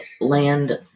land